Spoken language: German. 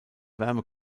wärme